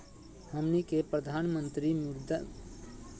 हमनी के प्रधानमंत्री मुद्रा योजना महिना आवेदन करे खातीर विधि बताही हो?